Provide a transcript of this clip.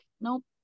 nope